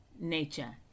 nature